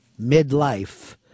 midlife